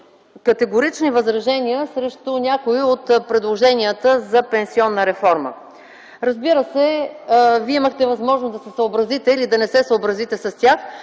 категорични възражения срещу някои от предложенията за пенсионна реформа. Разбира се, Вие имахте възможност да се съобразите или да не се съобразите с тях.